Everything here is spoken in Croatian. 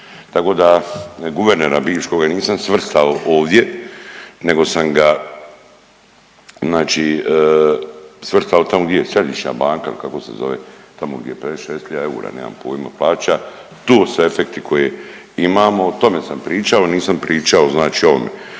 ne razumije./... ja nisam svrstao ovdje nego sam ga, znači svrstao tamo gdje je, središnja banka, kako se zove, tamo gdje 5, 6 hiljada eura, nemam pojma, plaća, to su efekti koje imamo, o tome sam pričao, nisam pričao znači o ovome.